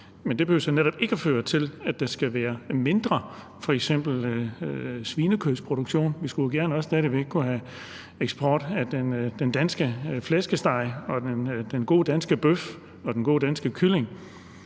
Men det behøver jo netop ikke at føre til, at der skal være mindre svinekødsproduktion. Vi skulle jo også stadig væk gerne kunne have en eksport af den danske flæskesteg og den gode danske bøf og den gode danske kylling.